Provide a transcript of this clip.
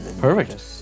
Perfect